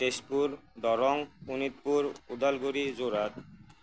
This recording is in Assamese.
তেজপুৰ দৰং শোণিতপুৰ ওডালগুৰি যোৰহাট